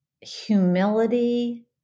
humility